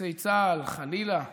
לבסיסי צה"ל בפסח, חלילה,